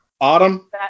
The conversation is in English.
Autumn